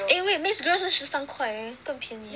eh wait mix grill 是十三块而已更便宜